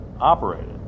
operated